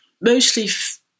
mostly